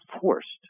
forced